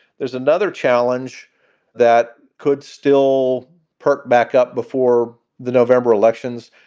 there's another challenge that could still perk back up before the november elections.